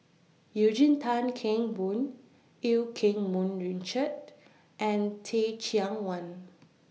Eugene Tan Kheng Boon EU Keng Mun Richard and Teh Cheang Wan